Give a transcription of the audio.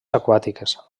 aquàtiques